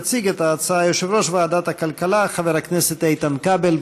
יציג את ההצעה יושב-ראש ועדת הכלכלה חבר הכנסת איתן כבל.